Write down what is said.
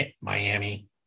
Miami